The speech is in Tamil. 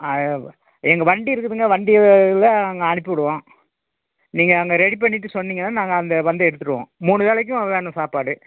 அது எங்கள் வண்டி இருக்குதுங்க வண்டி இதில் அங்கே அனுப்பி விடுவோம் நீங்கள் அங்கே ரெடி பண்ணிவிட்டு சொன்னீங்கன்னால் நாங்கள் அந்த வந்து எடுத்துடுவோம் மூணு வேளைக்கும் வேணும் சாப்பாடு